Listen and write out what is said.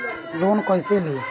Loan कईसे ली?